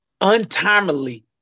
untimely